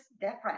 different